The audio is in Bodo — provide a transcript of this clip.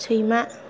सैमा